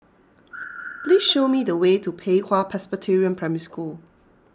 please show me the way to Pei Hwa Presbyterian Primary School